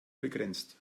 begrenzt